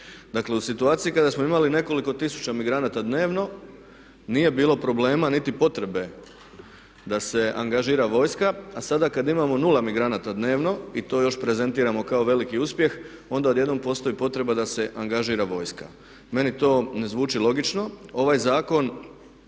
Dakle u situaciji kada smo imali nekoliko tisuća migranata dnevno nije bilo problema niti potrebe da se angažira vojska a sada kada imamo nula migranata dnevno i to još prezentiramo kao veliki uspjeh onda odjednom postoji potreba da se angažira vojska. Meni to ne zvuči logično. Ovaj zakon